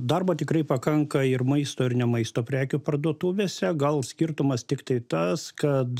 darbo tikrai pakanka ir maisto ir ne maisto prekių parduotuvėse gal skirtumas tiktai tas kad